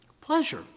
Pleasure